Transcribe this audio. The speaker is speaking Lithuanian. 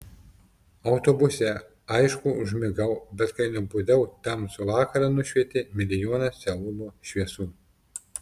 autobuse aišku užmigau bet kai nubudau tamsų vakarą nušvietė milijonas seulo šviesų